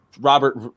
Robert